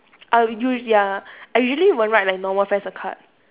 I u~ ya I usually won't write like normal friends a card